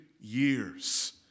years